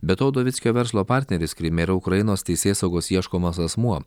be to udovickio verslo partneris kryme yra ukrainos teisėsaugos ieškomas asmuo